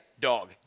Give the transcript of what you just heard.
dog